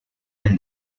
del